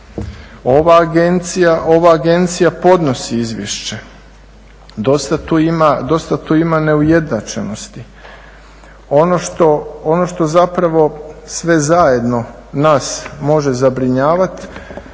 Ova agencija podnosi izvješće. Dosta tu ima neujednačenosti. Ono što zapravo sve zajedno nas može zabrinjavat,